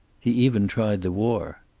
he even tried the war.